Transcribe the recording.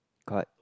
correct